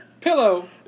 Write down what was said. pillow